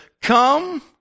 come